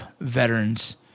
veterans